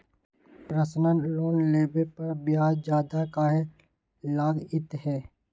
Personal loan लेबे पर ब्याज ज्यादा काहे लागईत है?